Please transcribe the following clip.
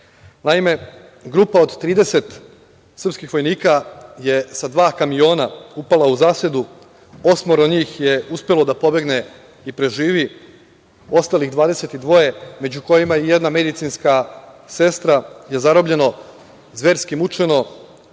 grupa od 30 srpskih vojnika je sa dva kamiona upala u zasedu. Osmoro njih je uspelo da pobegne i preživi, ostalih 22, među kojima i jedna medicinska sestra, je zarobljeno, zverski mučeno